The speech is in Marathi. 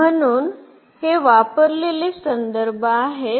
म्हणून हे वापरलेले संदर्भ आहेत